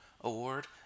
Award